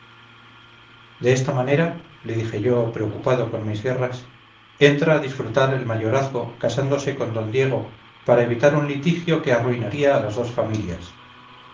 de esa manera le dije yo preocupado con mis guerras entra a disfrutar el mayorazgo casándose con d diego para evitar un litigio que arruinaría a las dos familias